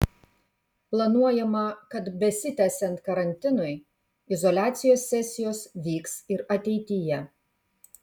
planuojama kad besitęsiant karantinui izoliacijos sesijos vyks ir ateityje